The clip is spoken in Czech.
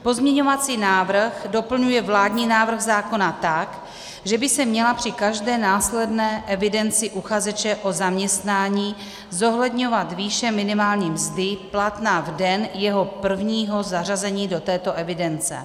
Pozměňovací návrh doplňuje vládní návrh zákona tak, že by se měla při každé následné evidenci uchazeče o zaměstnání zohledňovat výše minimální mzdy platná v den jeho prvního zařazení do této evidence.